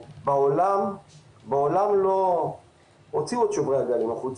בעולם הוציאו את שוברי הגלים החוצה,